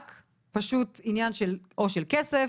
רק פשוט עניין או של כסף